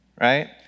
right